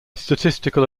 statistical